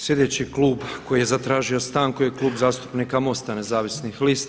Sljedeći klub koji je zatražio stanku je Klub zastupnika MOST-a Nezavisnih lista.